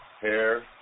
hair